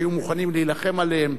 שהיו מוכנים להילחם עליהם,